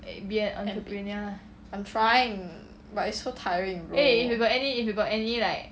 I'm trying but it's so tiring bro